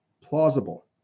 plausible